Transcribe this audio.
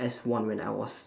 S one